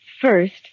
first